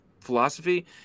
philosophy